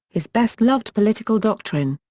his best-loved political doctrine.